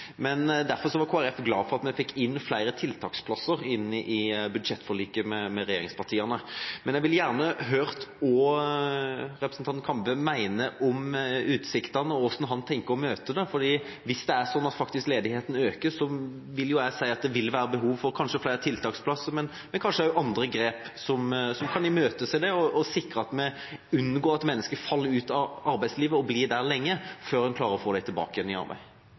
Men derfor var vi i Kristelig Folkeparti glad for at vi fikk flere tiltaksplasser inn i budsjettforliket med regjeringspartiene. Jeg vil gjerne høre hva representanten Kambe mener om utsiktene, og hvordan han tenker å møte dem. For hvis det faktisk er slik at ledigheten øker, vil det jo være behov for flere tiltaksplasser, men kanskje også andre grep som kan imøtese dette og sikre at vi unngår at mennesker faller ut av arbeidslivet og blir der lenge, før en klarer å få dem tilbake i arbeid.